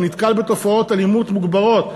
והוא נתקל בתופעות אלימות מוגברות,